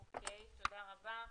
אוקי, תודה רבה.